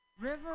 river